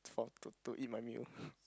found to to eat my meal